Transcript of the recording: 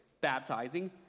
baptizing